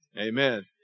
Amen